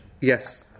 yes